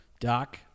Doc